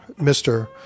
Mr